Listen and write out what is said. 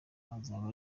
azaba